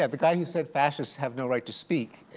ah the guy who said, fascists have no right to speak,